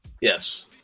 Yes